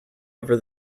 over